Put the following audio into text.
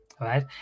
Right